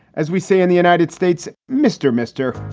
as we say in the united states. mr. mister,